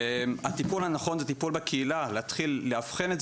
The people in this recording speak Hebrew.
הטיפול הנכון זה טיפול בקהילה,